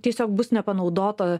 tiesiog bus nepanaudota